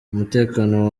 umutekano